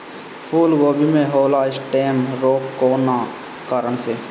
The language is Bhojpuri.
फूलगोभी में होला स्टेम रोग कौना कारण से?